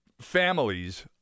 families